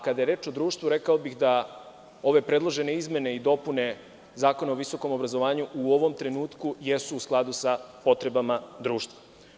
Kada je reč o društvu, rekao bih da ove predložene izmene i dopune Zakona o visokom obrazovanju u ovom trenutku jesu u skladu sa potrebama društva.